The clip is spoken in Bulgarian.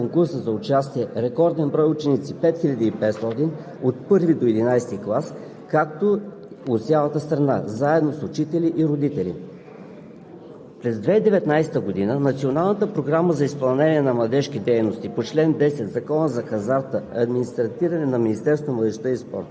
Министерството на околната среда и водите, както и представителството на Европейската комисия в България. Беше подчертано, че в тазгодишното издание на конкурса са участвали рекорден брой ученици – над 5500 от 1-ви до 11-и клас от цялата страна, заедно с техните учители и родители.